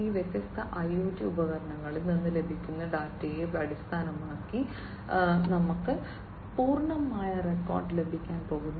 ഈ വ്യത്യസ്ത IoT ഉപകരണങ്ങളിൽ നിന്ന് ലഭിക്കുന്ന ഡാറ്റയെ അടിസ്ഥാനമാക്കി ഞങ്ങൾക്ക് പൂർണ്ണമായ റെക്കോർഡ് ലഭിക്കാൻ പോകുന്നു